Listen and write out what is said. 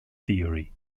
theory